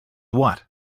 what